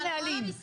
הוא נתן לנו סקירה.